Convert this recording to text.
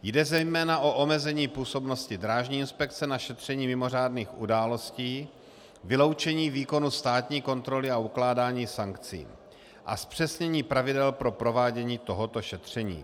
Jde zejména o omezení působnosti drážní inspekce na šetření mimořádných událostí, vyloučení výkonu státní kontroly a ukládání sankcí a zpřesnění pravidel pro provádění tohoto šetření.